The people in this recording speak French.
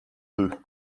deux